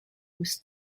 was